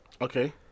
Okay